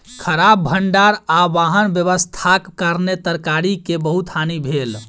खराब भण्डार आ वाहन व्यवस्थाक कारणेँ तरकारी के बहुत हानि भेल